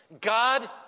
God